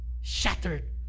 shattered